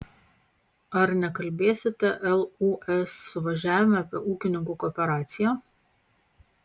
ar nekalbėsite lūs suvažiavime apie ūkininkų kooperaciją